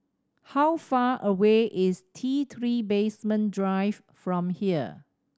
how far away is T Three Basement Drive from here